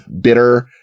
bitter